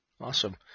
Awesome